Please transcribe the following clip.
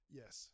yes